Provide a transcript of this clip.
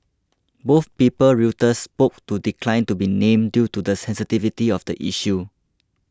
both people Reuters spoke to declined to be named due to the sensitivity of the issue